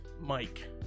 Mike